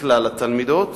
לכלל התלמידות,